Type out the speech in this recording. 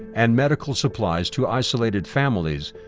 and medical supplies to isolated families,